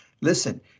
Listen